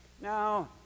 Now